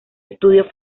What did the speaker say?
estudios